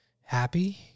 happy